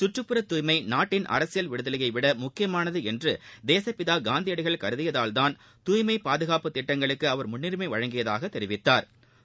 கற்றுப்புற துய்மை நாட்டின் அரசியல் விடுதலையைவிட முக்கியமானது என்று தேசப்பிதா காந்தியடிகள் கருதியதால்தான் தூய்மை பாதுகாப்பு திட்டங்களுக்கு அவர் முன்னுரிமை வழங்கியதாக தெரிவித்தாா்